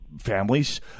families